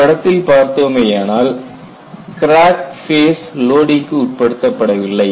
இப்படத்தில் பார்த்தோமேயானால் crack face லோடிங்க்கு உட்படுத்தப்படவில்லை